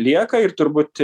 lieka ir turbūt